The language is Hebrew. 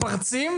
הוועדה.